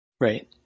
right